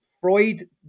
Freud